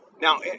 now